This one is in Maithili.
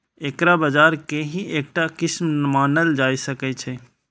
एकरा बाजार के ही एकटा किस्म मानल जा सकै छै